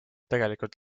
tegelikult